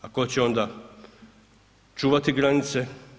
Ako će onda čuvati granice?